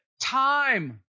time